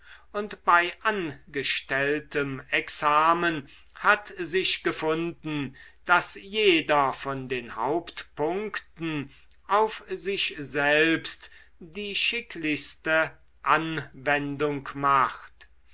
und bei angestelltem examen hat sich gefunden daß jeder von den hauptpunkten auf sich selbst die schicklichste anwendung macht